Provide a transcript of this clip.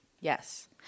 Yes